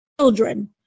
children